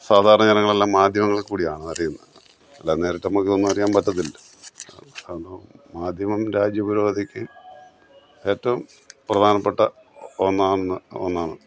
സാധാരണ ജനങ്ങളെല്ലാം മാധ്യമങ്ങളിൽ കൂടിയാണ് അറിയുന്നത് അല്ലാതെ നേരിട്ട് നമ്മൾക്ക് ഒന്നും അറിയാൻ പറ്റത്തില്ലല്ലോ മാധ്യമം രാജ്യ പുരോഗതിക്ക് ഏറ്റവും പ്രധാനപ്പെട്ട ഒന്നാണെന്ന് ഒന്നാണ്